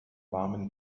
warmen